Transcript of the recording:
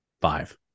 five